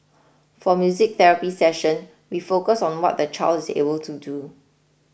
for music therapy session we focus on what the child is able to do